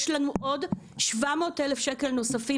יש לנו עוד 700,000 שקל נוספים,